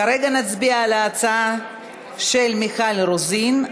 כרגע נצביע על ההצעה של מיכל רוזין,